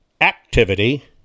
activity